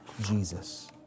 Jesus